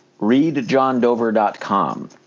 readjohndover.com